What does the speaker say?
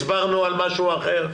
הסברנו על משהו אחר,